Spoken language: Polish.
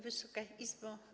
Wysoka Izbo!